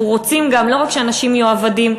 אנחנו רוצים גם לא רק שאנשים יהיו עבדים,